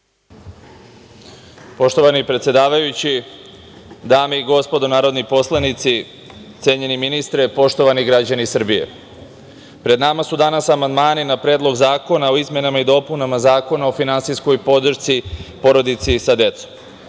Poštovani predsedavajući, dame i gospodo narodni poslanici, cenjeni ministre, poštovani građani Srbije, pred nama su danas amandmani na predlog zakona o izmenama i dopunama Zakona o finanskijskoj podršci porodici sa